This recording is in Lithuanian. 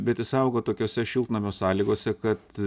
bet jis augo tokiose šiltnamio sąlygose kad